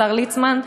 השר ליצמן,